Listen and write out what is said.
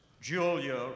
Julia